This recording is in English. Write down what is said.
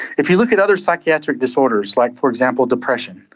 if you look at other psychiatric disorders like, for example, depression,